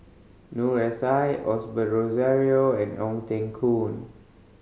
Noor S I Osbert Rozario and Ong Teng Koon